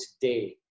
today